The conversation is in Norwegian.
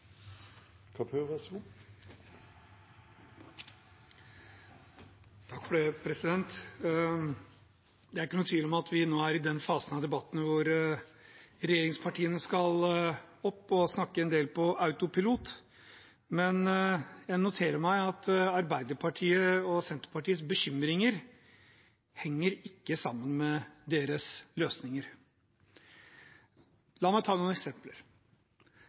Det er ikke noen tvil om at vi nå er i den fasen av debatten hvor regjeringspartiene skal opp og snakke en del på autopilot, men jeg noterer meg at Arbeiderpartiet og Senterpartiets bekymringer ikke henger sammen med løsningene deres. La meg ta noen eksempler: